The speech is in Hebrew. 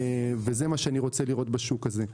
וזה מה שאני רוצה לראות בשוק הזה.